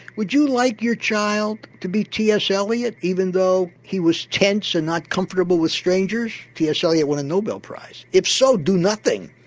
would you like your child to be t s elliot, even though he was tense and not comfortable with strangers? t s elliot won a nobel prize. if so, do nothing.